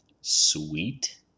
Sweet